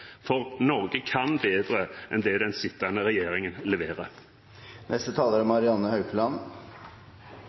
for Norge kan bedre enn det den sittende regjeringen leverer.